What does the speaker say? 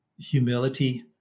humility